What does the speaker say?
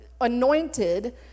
anointed